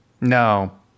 No